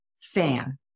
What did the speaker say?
fan